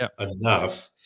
enough